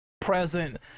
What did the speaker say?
present